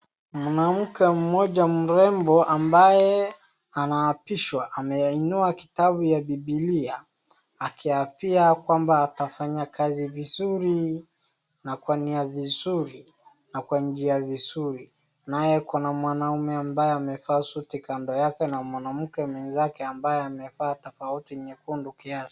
Mwanamke mmoja mrembo ambaye anaapishwa, ameinua kitabu ya bibilia akiapia kwamba atafanya kazi vizuri na kwa njia vizuri, naye kuna mwanaume ambaye amevaa suti kando yake na mwanamke mwenzake ambaye amevaa tofauti nyekundu kiasi.